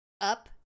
up